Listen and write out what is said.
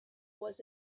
was